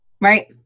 Right